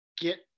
get